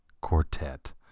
Quartet